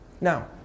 Now